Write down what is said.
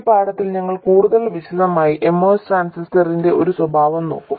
ഈ പാഠത്തിൽ ഞങ്ങൾ കൂടുതൽ വിശദമായി MOS ട്രാൻസിസ്റ്ററിന്റെ ഒരു സ്വഭാവം നോക്കും